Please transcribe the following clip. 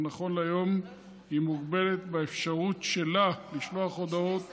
נכון להיום היא מוגבלת באפשרות שלה לשלוח הודעות